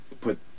put